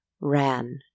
ran